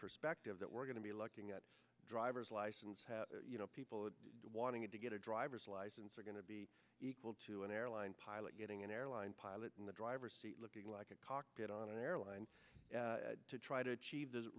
perspective that we're going to be looking at driver's license you know people wanting it to get a driver's license or going to be equal to an airline pilot getting an airline pilot in the driver's seat looking like a cockpit on an airline to try to achieve